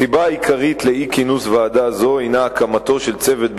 הסיבה העיקרית לאי-כינוס ועדה זו היא הקמתו של צוות בין-משרדי,